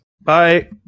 Bye